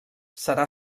serà